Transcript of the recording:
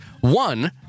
One